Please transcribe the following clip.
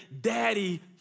Daddy